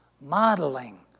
modeling